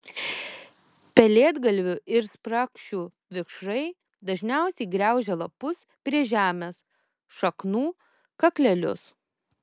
pelėdgalvių ir sprakšių vikšrai dažniausiai graužia lapus prie žemės šaknų kaklelius